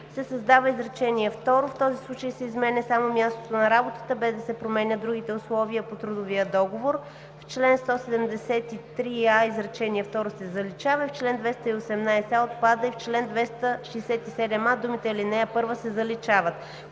се създава изречение второ: „В този случай се изменя само мястото на работа, без да се променят другите условия по трудовия договор“, в чл. 173а изречение второ се заличава, чл. 218а отпада и в чл. 267а думите „ал. 1“ се заличават.“